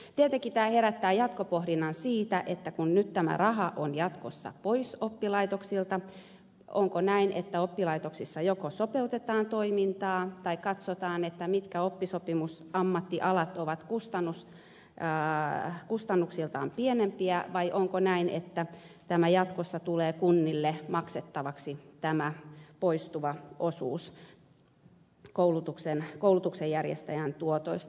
tietenkin tämä herättää jatkopohdinnan siitä että kun nyt tämä raha on jatkossa pois oppilaitoksilta onko näin että oppilaitoksissa joko sopeutetaan toimintaa tai katsotaan mitkä oppisopimusammattialat ovat kustannuksiltaan pienempiä vai onko näin että tämä poistuva osuus jatkossa tulee kunnille maksettavaksi koulutuksen järjestäjän tuotoista